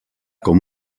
com